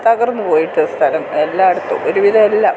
തകർന്നുപോയിട്ട് സ്ഥലം എല്ലായിടത്തും ഒരുവിധം എല്ലാം